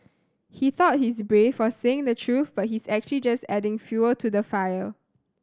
he thought he's brave for saying the truth but he's actually just adding fuel to the fire